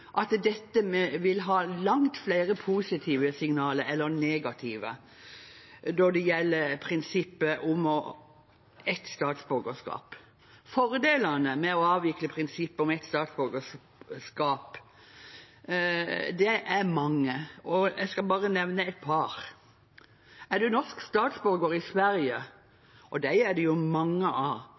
at dette vil gi langt flere positive signaler enn negative. Fordelene med å avvikle prinsippet om ett statsborgerskap er mange. Jeg skal bare nevne et par. Er man norsk statsborger i Sverige, og dem er det mange av,